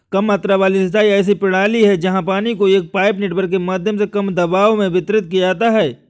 कम मात्रा वाली सिंचाई ऐसी प्रणाली है जहाँ पानी को एक पाइप नेटवर्क के माध्यम से कम दबाव में वितरित किया जाता है